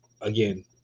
again